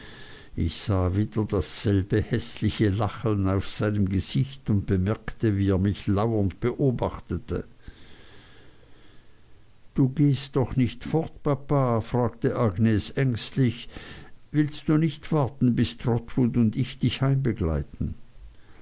ich sah wieder dasselbe häßliche lächeln auf seinem gesicht und bemerkte wie er mich lauernd beobachtete du gehst doch nicht fort papa fragte agnes ängstlich willst du nicht warten bis trotwood und ich dich